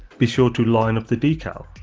be sure to line up the decal,